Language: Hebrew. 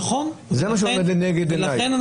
נכון,